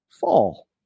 fall